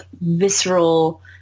visceral